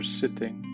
sitting